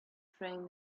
train